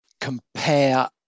compare